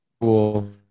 Cool